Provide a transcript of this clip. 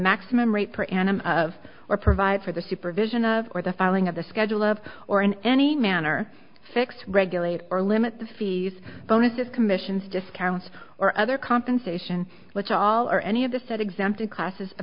maximum rate per annum of or provide for the supervision of or the filing the schedule of or in any manner fix regulate or limit the fees bonuses commissions discounts or other compensation which all or any of the set exempted classes a